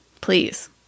Please